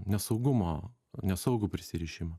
nesaugumo nesaugų prisirišimą